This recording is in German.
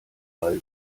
bei